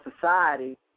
society